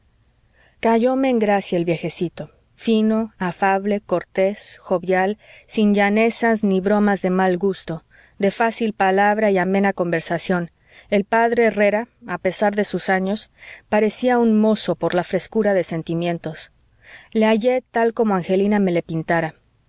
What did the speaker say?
cayóme en gracia el viejecito fino afable cortés jovial sin llanezas ni bromas de mal gusto de fácil palabra y amena conversación el p herrera a pesar de sus años parecía un mozo por la frescura de sentimientos le hallé tal como angelina me le pintara